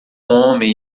homem